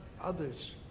others